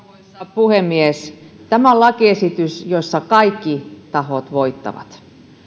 puhemies tämä on lakiesitys jossa kaikki tahot voittavat